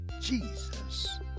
Jesus